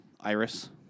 Iris